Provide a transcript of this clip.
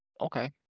Okay